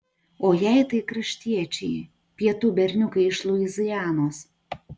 o jei tai kraštiečiai pietų berniukai iš luizianos